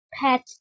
pet